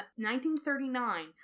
1939